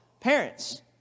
Parents